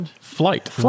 flight